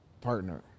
partner